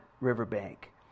riverbank